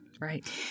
Right